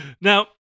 Now